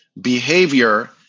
behavior